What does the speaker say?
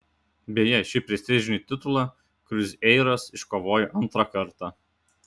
beje šį prestižinį titulą kruzeiras iškovojo antrą kartą